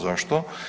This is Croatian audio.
Zašto?